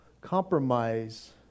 compromise